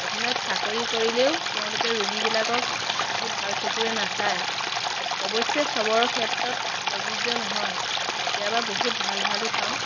অধীনত চাকৰি কৰিলেও তেওঁলোকে ৰোগীবিলাকক বহুত ভাল চকুৰে নাচায় অৱশ্যে চবৰ ক্ষেত্ৰত প্ৰযোজ্য নহয় কেতিয়াবা বহুত ভাল ভালো পাওঁ